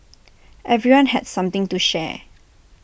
everyone had something to share